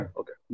okay